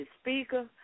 speaker